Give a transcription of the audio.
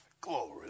Glory